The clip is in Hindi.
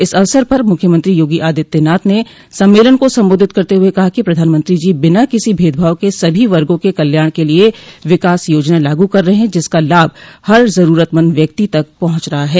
इस अवसर पर मुख्यमंत्री योगी आदित्यनाथ ने सम्मेलन को संबोधित करते हुए कहा कि प्रधानमंत्री जी बिना किसी भेदभाव के सभी वर्गो के कल्याण क लिये विकास योजनाएं लागू कर रहे हैं जिसका लाभ हर जरूरतमंद व्यक्ति तक पहुंच रहा है